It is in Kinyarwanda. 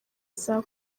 saa